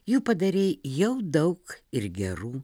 jų padarei jau daug ir gerų